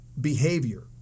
behavior